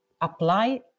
apply